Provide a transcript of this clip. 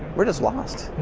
we're just lost.